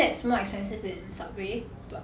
that's more expensive in subway but